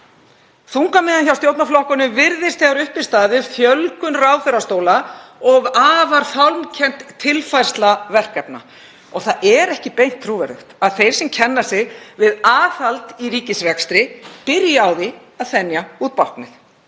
Þungamiðjan hjá stjórnarflokkunum virðist þegar upp er staðið vera fjölgun ráðherrastóla og afar fálmkennd tilfærsla verkefna og það er ekki beint trúverðugt að þeir sem kenna sig við aðhald í ríkisrekstri byrji á því að þenja út báknið.